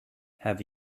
have